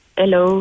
hello